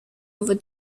over